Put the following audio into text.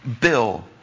Bill